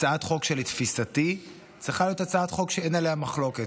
הצעת חוק שלתפיסתי צריכה להיות הצעת חוק שאין עליה מחלוקת.